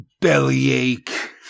bellyache